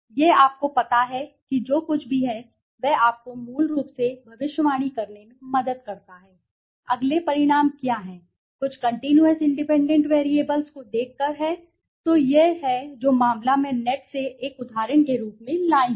यह आपको पता है कि जो कुछ भी है वह आपको मूल रूप से भविष्यवाणी करने में मदद करता है अगले परिणाम क्या है कुछ कंटीन्यूअस इंडिपेंडेंट वैरिएबल्स को देखकर है तो यह है जो मामला मैं नेट से एक उदाहरण के रूप में लाया हूं